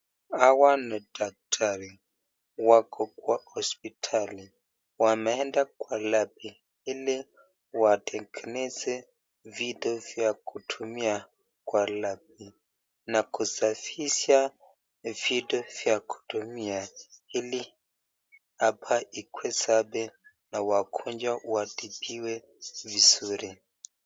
Hawa ni daktari , wako kwa hospitali, wameenda kwa labi nne watengeneze vitu vya kutumia kwa labi, na kusafisha vitu vya kutumia ili hapa ikuwe safi na wagonjwa watibiwe vizuri.